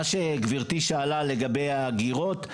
מה שגברתי שאלה לגבי ההגירות,